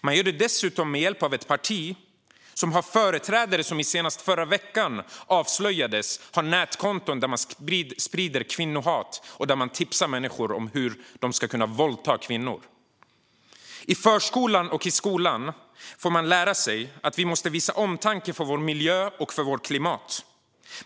Man gör det dessutom med hjälp av ett parti som har företrädare som, vilket avslöjades i förra veckan, har nätkonton där det sprids kvinnohat och där man tipsar människor om hur de ska kunna våldta kvinnor. I förskolan och i skolan får man lära sig att vi måste visa omtanke om vår miljö och vårt klimat.